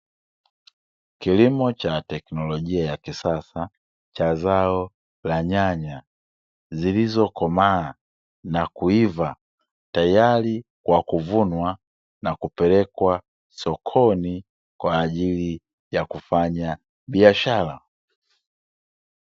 Kilimo cha teknolojia ya kisasa cha zao la nyanya zililokomaa na kuiva, tayari kwa kuvunwa na kupelekwa sokoni kwa ajili ya kufanya biashara.